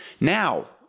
Now